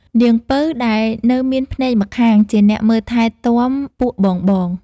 នាងពៅដែលនៅមានភ្នែកម្ខាងជាអ្នកមើលថែទាំពួកបងៗ។